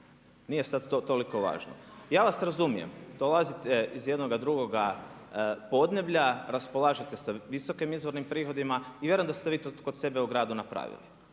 nije sada to toliko važno. Ja vas razumijem, dolazite iz jednoga drugoga podneblja, raspolažete sa visokim izvornim prihodima i vjerujem da ste vi to kod sebe u gradu napravili.